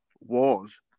Wars